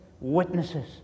witnesses